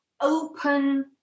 open